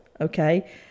okay